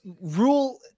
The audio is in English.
rule